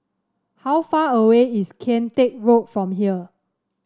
how far away is Kian Teck Road from here